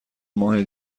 ماه